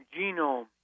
genome